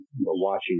watching